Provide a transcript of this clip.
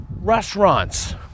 restaurants